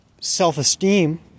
self-esteem